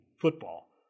football